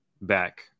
back